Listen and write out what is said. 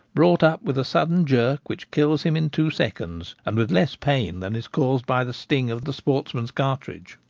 brought up with a sudden jerk which kills him in two seconds, and with less pain than is caused by the sting of the sports man's cartridge.